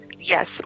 yes